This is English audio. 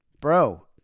bro